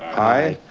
aye.